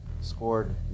scored